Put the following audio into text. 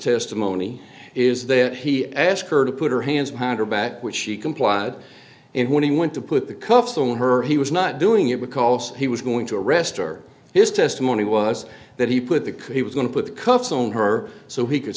testimony is that he asked her to put her hands behind her back which she complied and when he went to put the cuffs on her he was not doing it because he was going to arrest her his testimony was that he put the could he was going to put the cuffs on her so he could